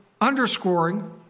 underscoring